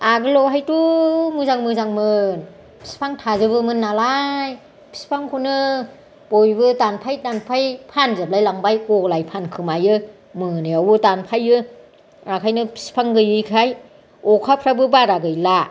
आगोलावहायथ' मोजां मोजांमोन बिफां थाजोबोमोन नालाय बिफांखौनो बयबो दानफाय दानफाय फानजोबलाय लांबाय गलाय फानखोमायो मोनायावबो दानफायो ओंखायनो बिफां गैयिखाय अखाफ्राबो बारा गैला